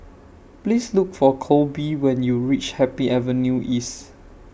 Please Look For Kolby when YOU REACH Happy Avenue East